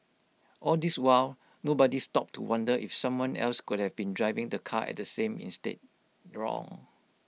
all this while nobody stopped to wonder if someone else could have been driving the car at the same instead wrong